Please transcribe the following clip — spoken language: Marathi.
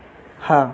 हां